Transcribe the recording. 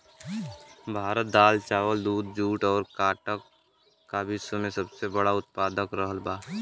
भारत दाल चावल दूध जूट और काटन का विश्व में सबसे बड़ा उतपादक रहल बा